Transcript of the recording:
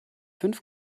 fünf